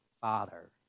father